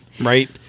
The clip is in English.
right